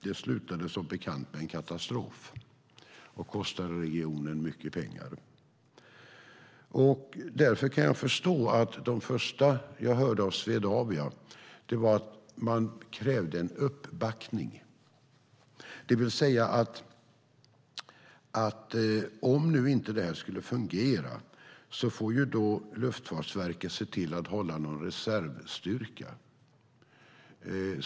Det slutade som bekant i katastrof och kostade regionen mycket pengar. Därför kan jag förstå att det första jag hörde om Swedavia var att man krävde en uppbackning, det vill säga att Luftfartsverket om det här nu inte skulle fungera får se till att hålla en reservstyrka.